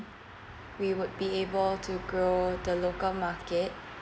we would be able to grow the local market